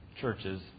churches